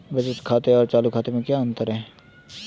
बचत खाते और चालू खाते में क्या अंतर है?